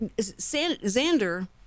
xander